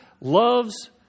loves